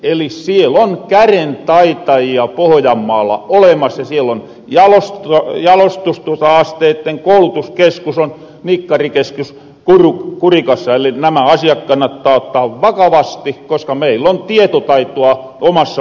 eli siellon kärentaitajia pohjanmaalla olemas ja siellä on jalostusasteitten koulutuskeskus nikkarikeskus kurikassa eli nämä asiat kannattaa ottaa vakavasti koska meillä on tietotaitoa omassa maassakin olemassa